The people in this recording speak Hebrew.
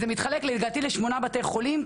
וזה מתחלק לדעתי לשמונה בתי חולים.